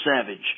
Savage